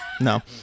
no